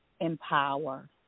empower